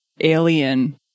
Alien